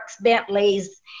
Bentley's